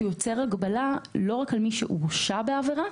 שיוצר הגבלה לא רק על מי שהורשע בעבירה,